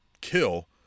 kill